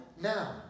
now